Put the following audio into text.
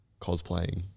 cosplaying